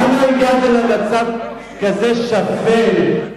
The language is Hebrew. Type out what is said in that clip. למה הגעת למצב כזה שפל.